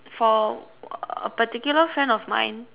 for a particular friend of mine